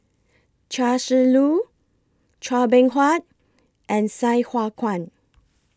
Chia Shi Lu Chua Beng Huat and Sai Hua Kuan